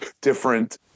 different